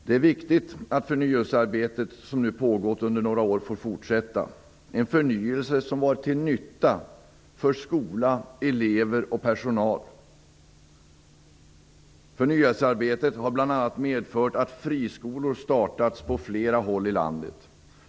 Det är viktigt att det förnyelsearbete som nu pågått under några år får fortsätta - en förnyelse som varit till nytta för skola, elever och personal. Förnyelsearbetet har bl.a. medfört att friskolor startats på flera håll i landet.